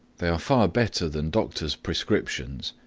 they are far better than doctors' prescriptions,